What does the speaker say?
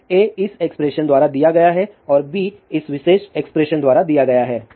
तो A इस expression द्वारा दिया गया है और B इस विशेष एक्सप्रेशन द्वारा दिया गया है